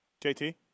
JT